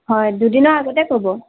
হয় দুদিনৰ আগতে ক'ব